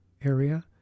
area